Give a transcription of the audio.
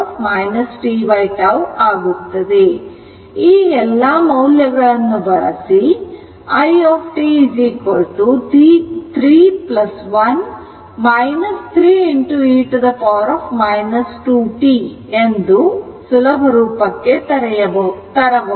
ಆದ್ದರಿಂದ ಈ ಎಲ್ಲಾ ಮೌಲ್ಯಗಳನ್ನು ಬಳಸಿ i t 3 1 3 e 2t ಈ ರೀತಿಯಾಗಿ ಸುಲಭ ರೂಪಕ್ಕೆ ತರಬಹುದು